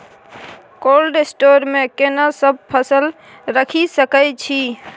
Cold store मे केना सब फसल रखि सकय छी?